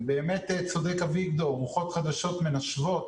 באמת צודק אביגדור, רוחות חדשות מנשבות